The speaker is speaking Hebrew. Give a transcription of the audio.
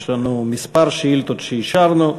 יש לנו כמה שאילתות שאישרנו.